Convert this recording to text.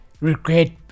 regret